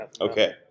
Okay